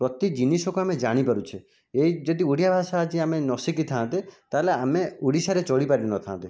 ପ୍ରତି ଜିନିଷକୁ ଆମେ ଜାଣିପାରୁଛେ ଏହି ଯଦି ଓଡ଼ିଆ ଭାଷା ଆଜି ଆମେ ନଶିଖିଥାନ୍ତେ ତା'ହେଲେ ଆମେ ଓଡ଼ିଶାରେ ଚଳିପାରିନଥାନ୍ତେ